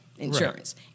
Insurance